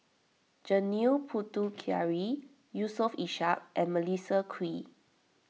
Janil Puthucheary Yusof Ishak and Melissa Kwee